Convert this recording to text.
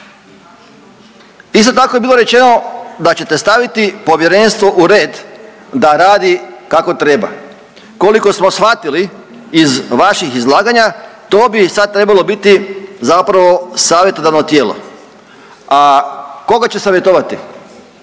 Isto tako je bilo rečeno da ćete staviti Povjerenstvo u red da radi kako treba. Koliko smo shvatili iz vašim izlaganja to bi sada trebalo biti zapravo savjetodavno tijelo. A koga će savjetovati?